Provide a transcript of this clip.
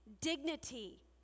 dignity